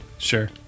Sure